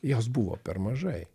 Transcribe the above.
jos buvo per mažai